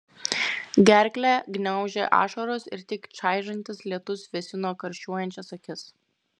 gerklę gniaužė ašaros ir tik čaižantis lietus vėsino karščiuojančias akis